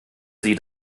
sie